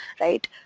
right